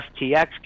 FTX